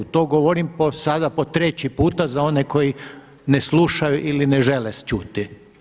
To govorim sada po treći puta za one koji ne slušaju ili ne žele čuti.